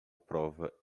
prova